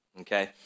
Okay